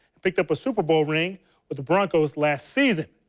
picked up a super bowl ring with the broncos last season.